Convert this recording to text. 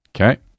Okay